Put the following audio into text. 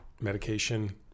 medication